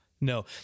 no